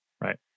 Right